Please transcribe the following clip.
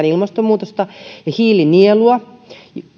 ilmastonmuutosta ja hiilinielua